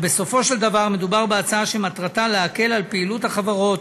ובסופו של דבר מדובר בהצעה שמטרתה להקל על פעילות החברות